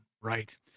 Right